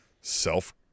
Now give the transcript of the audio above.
self